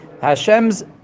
Hashem's